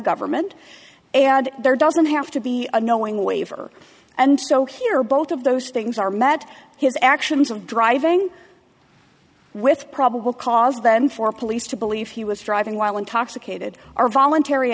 government there doesn't have to be a knowing waiver and so here both of those things are matte his actions of driving with probable cause then for police to believe he was driving while intoxicated are voluntary